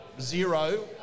zero